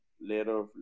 later